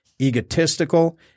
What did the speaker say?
egotistical